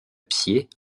pied